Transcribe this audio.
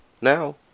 Now